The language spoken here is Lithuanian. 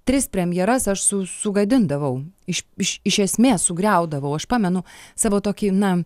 tris premjeras aš su sugadindavau iš iš iš esmės sugriaudavau aš pamenu savo tokį na